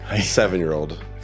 seven-year-old